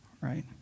right